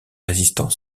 résistants